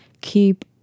keep